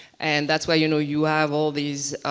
and that's why you know you have all these